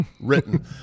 written